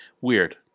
Weird